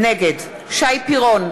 נגד שי פירון,